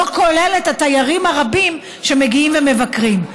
לא כולל התיירים הרבים שמגיעים ומבקרים.